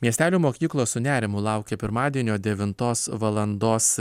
miestelio mokyklos su nerimu laukia pirmadienio devintos valandos